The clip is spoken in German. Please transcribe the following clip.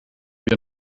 wir